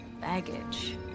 baggage